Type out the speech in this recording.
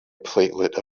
platelet